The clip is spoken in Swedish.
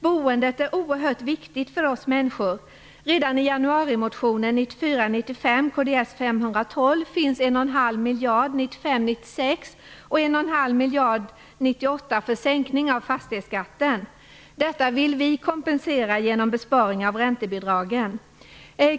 Boendet är oerhört viktigt för oss människor. Redan i januarimotionen Fi:216 till budgeten 1994 96 och 1,5 miljard 1998 för sänkning av fastighetsskatten. Detta vill vi kompensera genom besparing av räntebidragen.